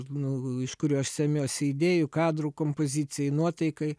nu iš kurių aš semiuosi idėjų kadrų kompozicijai nuotaikai